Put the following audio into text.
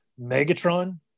Megatron